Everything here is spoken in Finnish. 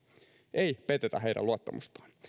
ei petetä heidän luottamustaan